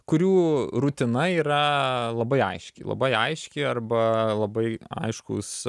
kurių rutina yra labai aiški labai aiški arba labai aiškūs